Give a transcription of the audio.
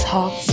Talk